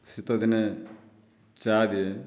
ଶୀତଦିନେ ଚା' ଦିଏ